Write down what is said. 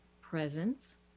presence